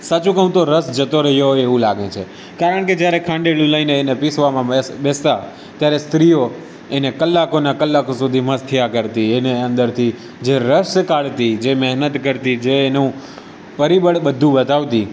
સાચું કહું તો રસ જતો રહ્યો એવું લાગે છે કારણકે જ્યારે ખાંડેલું લઈને એને પીસવામાં બેસતાં ત્યારે સ્ત્રીઓ એને કલાકોના કલાકો સુધી મથ્યા કરતી એની અંદરથી જે રસ કાઢતી જે મહેનત કરતી જે એનું પરિબળ બધું બતાવતી